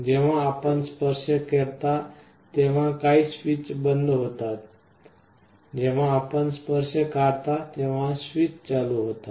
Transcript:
जेव्हा आपण स्पर्श करता तेव्हा काही स्विच बंद होतात जेव्हा आपण स्पर्श काढता तेव्हा स्विच चालू होतात